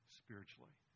spiritually